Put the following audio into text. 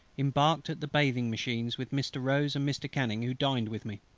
embarked at the bathing-machines with mr. rose and mr. canning, who dined with me.